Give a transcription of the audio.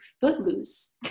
footloose